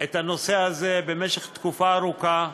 את הנושא הזה במשך תקופה ארוכה,